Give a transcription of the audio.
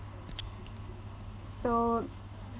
so